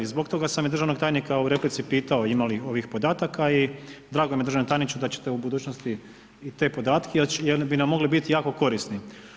Zbog toga sam i državnog tajnika u replici pitao ima li ovih podataka i drago mi je državni tajniče da ćete u budućnosti i te podatke, jer bi nam mogli biti jako korisni.